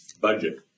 budget